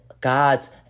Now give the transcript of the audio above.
God's